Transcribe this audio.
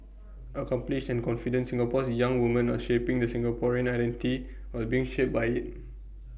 accomplished and confident Singapore's young woman are shaping the Singaporean identity while being shaped by IT